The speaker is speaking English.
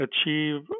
achieve